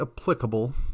applicable